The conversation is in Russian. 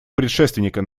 предшественника